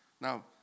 Now